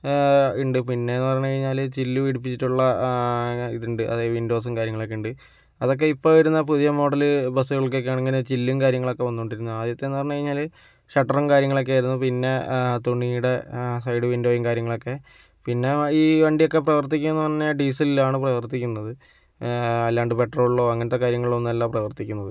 ഉണ്ട് പിന്നെയെന്ന് പറഞ്ഞു കഴിഞ്ഞാൽ ചില്ല് പിടിപ്പിച്ചിട്ടുള്ള ഇതുണ്ട് അതായത് വിൻഡോസും കാര്യങ്ങളൊക്കെയുണ്ട് അതൊക്കെ ഇപ്പോൾ വരുന്ന പുതിയ മോഡൽ ബസ്സുകൾക്കൊക്കെയാണ് ഇങ്ങനെ ചില്ലും കാര്യങ്ങളൊക്കെ വന്നുകൊണ്ടിരുന്നത് ആദ്യത്തേതെന്നു പറഞ്ഞു കഴിഞ്ഞാൽ ഷട്ടറും കാര്യങ്ങളൊക്കെയായിരുന്നു പിന്നെ തുണിയുടെ സൈഡ് വിൻഡോയും കാര്യങ്ങളൊക്കെ പിന്നെ ഈ വണ്ടിയൊക്കെ പ്രവർത്തിക്കുന്നത് എന്ന് പറഞ്ഞാൽ ഡീസലിലാണ് പ്രവർത്തിക്കുന്നത് അല്ലാണ്ട് പെട്രോളോ അങ്ങനത്തെ കാര്യങ്ങളോ ഒന്നുമല്ല പ്രവർത്തിക്കുന്നത്